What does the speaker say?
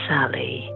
Sally